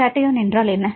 cation என்றால் என்ன